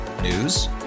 News